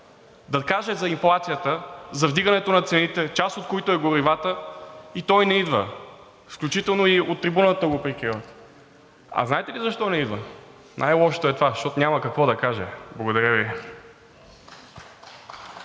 да каже за инфлацията, за вдигането на цените, част от които са горивата, и той не идва. Включително и от трибуната го прикриват. Знаете ли защо не идва? Най-лошото е това – защото няма какво да каже. Благодаря Ви.